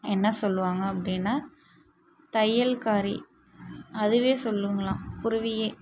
என்ன சொல்வாங்க அப்படின்னா தையல்காரி அதுவே சொல்லுங்களாம் குருவியே